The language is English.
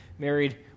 Married